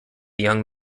young